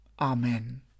Amen